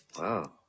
Wow